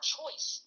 choice